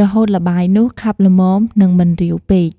រហូតល្បាយនោះខាប់ល្មម និងមិនរាវពេក។